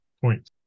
point